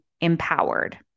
empowered